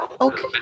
Okay